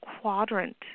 quadrant